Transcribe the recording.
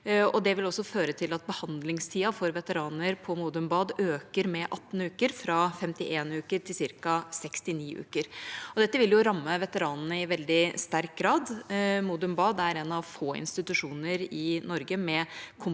Det vil også føre til at behandlingstida for veteraner på Modum Bad øker med 18 uker, fra 51 uker til ca. 69 uker, og dette vil ramme veteranene i veldig sterk grad. Modum Bad er en av få institusjoner i Norge med kompetanse